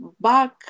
back